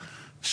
בוועדה,